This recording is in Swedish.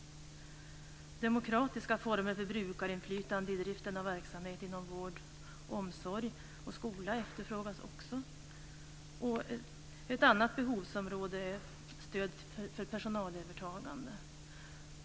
Demokratiska former för brukarinflytande i driften av verksamhet inom vård, omsorg och skola efterfrågas också. Ett annat behovsområde är stöd för personalövertagande.